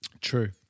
True